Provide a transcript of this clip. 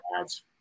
ads